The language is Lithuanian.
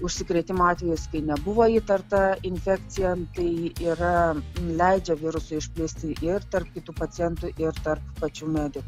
užsikrėtimo atvejis kai nebuvo įtarta infekcija tai yra leidžia virusui išplisti ir tarp kitų pacientų ir tarp pačių medikų